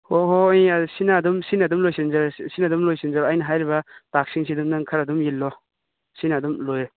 ꯍꯣꯏ ꯍꯣꯏ ꯌꯥꯔꯦ ꯁꯤꯅ ꯑꯗꯨꯝ ꯂꯣꯏꯁꯤꯟꯖꯔꯣ ꯑꯩꯅ ꯍꯥꯏꯔꯤꯕ ꯇꯥꯛꯁꯁꯤꯡꯁꯦ ꯅꯪ ꯈꯔ ꯑꯗꯨꯝ ꯏꯜꯂꯣ ꯁꯤꯅ ꯑꯗꯨꯝ ꯂꯣꯏꯔꯦ